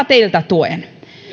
teiltä tuen